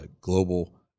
global